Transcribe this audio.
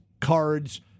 cards